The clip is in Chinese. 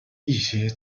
一些